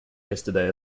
yesterday